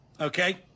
Okay